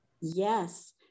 Yes